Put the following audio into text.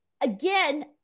again